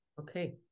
Okay